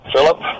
Philip